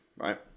right